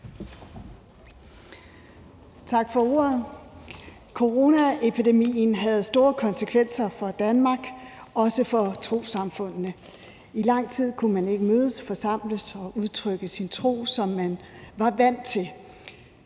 Tak for ordet. Coronaepidemien havde store konsekvenser for Danmark, også for trossamfundene. I lang tid kunne man ikke mødes, forsamles og udtrykke sin tro, som man var vant til.